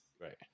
Right